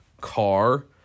car